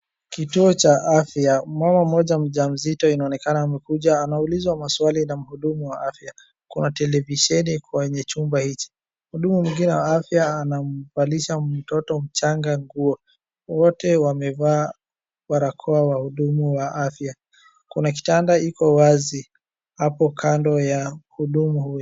Kituo cha afya, mama mmoja mjamzito inaonekana amekuja anaulizwa maswali na mhudumu wa afya. Kuna televisheni kwenye chumba hichi. Mhudumu mwingine wa afya anamvalisha mtoto mchanga nguo. Wote wamevaa barakoa wahudumu wa afya. Kuna kitanda iko wazi hapo kando ya mhudumu huyo,